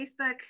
Facebook